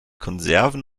konserven